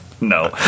No